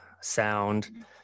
sound